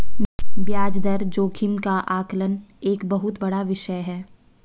ब्याज दर जोखिम का आकलन एक बहुत बड़ा विषय है